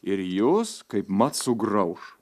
ir jus kaipmat sugrauš